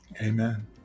Amen